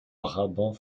brabant